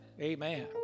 Amen